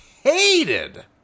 Hated